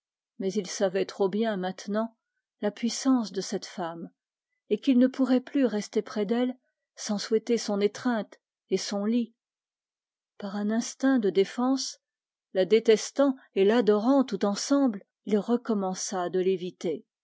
mais il savait trop bien la puissance de cette femme et qu'il ne pourrait plus rester près d'elle sans souhaiter son étreinte et son lit par un instinct de défense la détestant et l'adorant tout ensemble il recommença de l'éviter